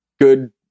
good